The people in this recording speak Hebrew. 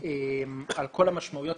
על כל המשמעויות,